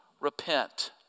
repent